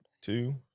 two